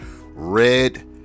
Red